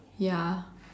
ya